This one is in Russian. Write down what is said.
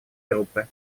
группы